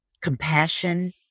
compassion